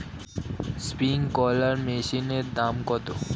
Sprinkler মেশিনের দাম কত?